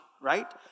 right